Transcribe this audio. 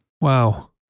Wow